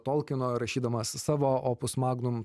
tolkino rašydamas savo opus magnum